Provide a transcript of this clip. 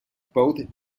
both